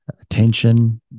attention